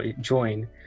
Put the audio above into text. join